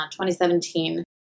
2017